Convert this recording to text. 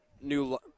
new